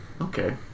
Okay